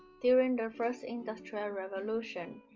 during the first industrial revolution,